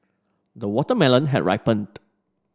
the watermelon had ripened